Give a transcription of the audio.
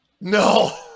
no